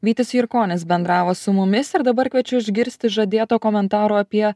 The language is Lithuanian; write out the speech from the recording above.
vytis jurkonis bendravo su mumis ir dabar kviečiu išgirsti žadėto komentaro apie